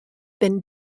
been